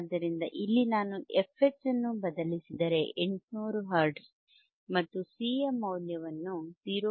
ಆದ್ದರಿಂದ ಇಲ್ಲಿ ನಾನು fH ಅನ್ನು ಬದಲಿಸಿದರೆ 800 ಹರ್ಟ್ಜ್ ಮತ್ತು C ಯ ಮೌಲ್ಯವನ್ನು 0